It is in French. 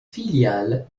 filiale